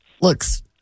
looks